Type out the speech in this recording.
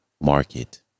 market